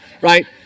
Right